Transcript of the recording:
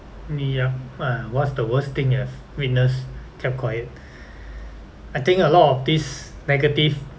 yup ah what's the worst thing you have witnessed kept quiet I think a lot of this negative